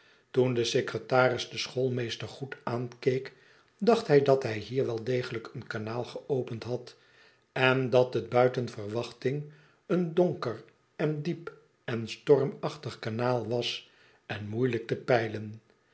toen de secretaris den schoolmeester goed aankeek dacht hij dat hij hier wel degelijk een kanaal geopend had en dat het buiten verwachting een donker en diep en stormachtig kanaal was en moeilijk te peilen